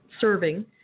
serving